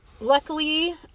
Luckily